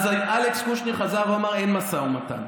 אז אלכס קושניר חזר ואמר: אין משא ומתן.